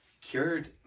cured